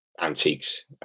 antiques